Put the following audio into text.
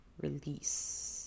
release